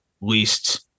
least